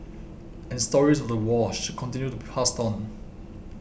and stories of the war should continue to be passed on